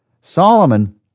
Solomon